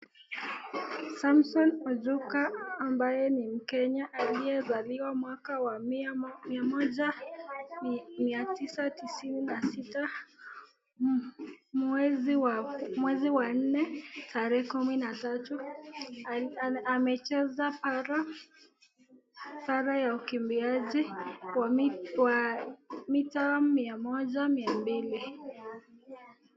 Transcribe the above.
Samson Ochuka ambaye ni Mkenya aliyezaliwa mwaka wa mia moja mia tisa tisini na sita mwezi wa nne tarehe kumi na tatu. Amecheza para ya ukimbiaji wa mita mia moja mia mbili.